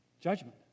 judgment